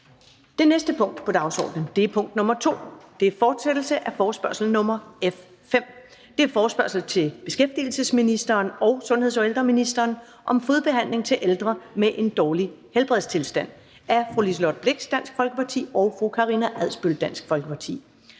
Det næste punkt på dagsordenen er: 2) Fortsættelse af forespørgsel nr. F 5 [afstemning]: Forespørgsel til beskæftigelsesministeren og sundheds- og ældreministeren om fodbehandling til ældre med en dårlig helbredstilstand. Af Liselott Blixt (DF) og Karina Adsbøl (DF).